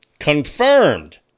confirmed